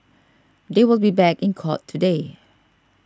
they will be back in court today